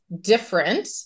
different